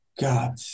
God